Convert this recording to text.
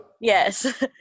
Yes